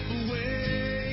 away